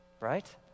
Right